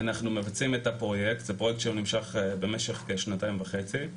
מבצעים את הפרויקט, זה פרויקט שנמשך כשנתיים וחצי.